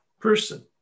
person